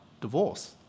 divorce